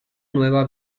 nueva